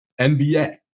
NBA